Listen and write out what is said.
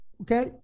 Okay